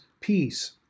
peace